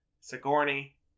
Sigourney